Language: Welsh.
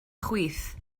chwith